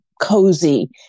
cozy